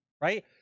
right